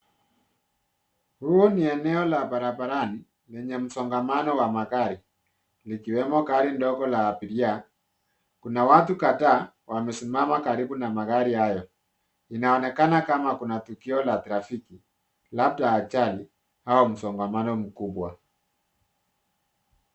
Huu ni eneo la barabarani lenye msongamano wa magari likiwemo gari dogo la abiria. Kuna watu kadhaa wamesimama karibu na magari hayo. Inaonekana kama kuna tukio la trafiki labda ajali au msongamano mkubwa.